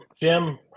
Jim